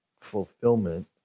fulfillment